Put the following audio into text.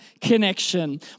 connection